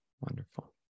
Wonderful